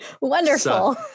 Wonderful